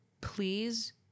please